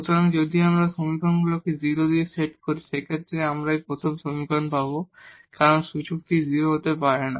সুতরাং যদি আমরা এই সমীকরণগুলিকে 0 এ সেট করি সেক্ষেত্রে আমরা এই প্রথম সমীকরণ পাবো কারণ সূচকটি 0 হতে পারে না